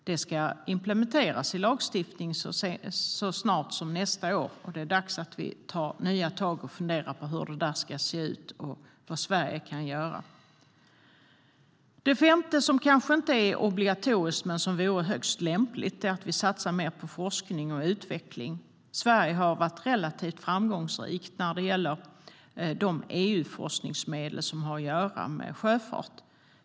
Det ska implementeras i lagstiftningen så snart som nästa år. Det är dags att vi tar nya tag och funderar på hur det där ska se ut samt vad Sverige kan göra. Den femte punkten, som kanske inte är obligatorisk men vore högst lämplig, är att satsa mer på forskning och utveckling. Sverige har varit relativt framgångsrikt när det gäller de EU-forskningsmedel som har att göra med sjöfarten.